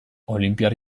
olinpiar